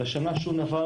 בשנה שהוא נבר,